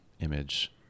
image